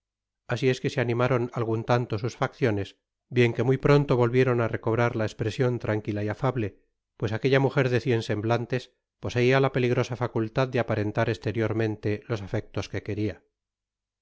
asi es que se animaron algun lanio sus facciones bien que muy pronto volvieron á recobrar la espresion tranquila y afable pues aquella mujer de cien semblantes poseia la peligrosa facultad de aparentar esteriormente los afectos que quería